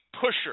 pusher